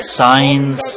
signs